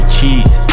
Cheese